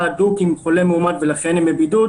הדוק עם חולה מאומת ולכן הם בבידוד,